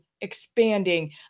expanding